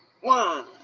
One